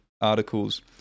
articles